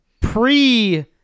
pre